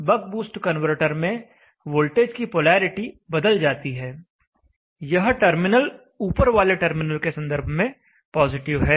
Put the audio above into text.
बक boost converter में voltage की polarity बदल जाती है यह टर्मिनल ऊपरवाले टर्मिनल के संदर्भ में पॉजिटिव है